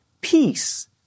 Peace